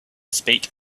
speak